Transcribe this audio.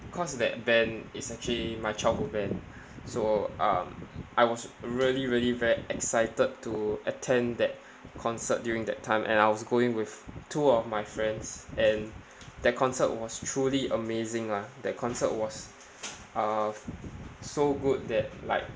cause that band is actually my childhood band so um I was really really very excited to attend that concert during that time and I was going with two of my friends and that concert was truly amazing lah that concert was uh so good that like